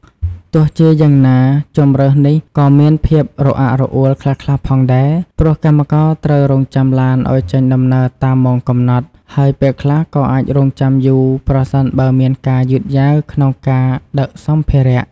ទោះជាយ៉ាងណា ជម្រើសនេះក៏មានភាពរអាក់រអួលខ្លះៗផងដែរ ព្រោះកម្មករត្រូវរង់ចាំឡានឱ្យចេញដំណើរតាមម៉ោងកំណត់ ហើយពេលខ្លះក៏អាចរង់ចាំយូរប្រសិនបើមានការយឺតយ៉ាវក្នុងការដឹកសម្ភារៈ។